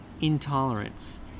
intolerance